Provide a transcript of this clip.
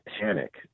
panic